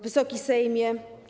Wysoki Sejmie!